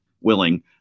willing